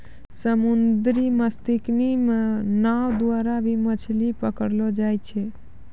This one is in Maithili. समुन्द्री मत्स्यिकी मे नाँव द्वारा भी मछली पकड़लो जाय छै